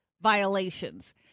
violations